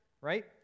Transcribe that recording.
right